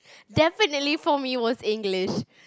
definitely for me was English